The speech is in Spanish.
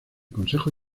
consejo